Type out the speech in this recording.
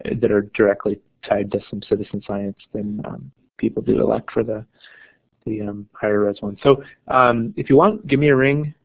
that are directly tied to some citizen science then people do elect for the the higher res one. so if you want, give me a ring